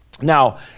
Now